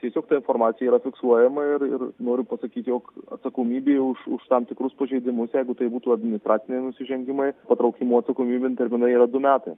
tiesiog ta informacija yra fiksuojama ir ir noriu pasakyti jog atsakomybė už už tam tikrus pažeidimus jeigu tai būtų administraciniai nusižengimai patraukimo atsakomybėn terminai yra du metai